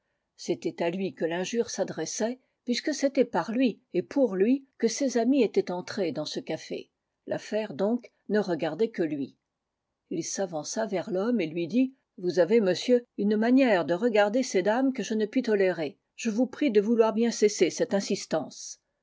c'était à lui que l'injure s'adressait puisque c'était par lui et pour lui que ses amis étaient entrés dans ce café l'affaire donc ne regardait que lui ii s'avança vers l'homme et lui dit vous avez monsieur une manière de regarder ces dames que je ne puis tolérer je vous prie de vouloir bien cesser cette insistance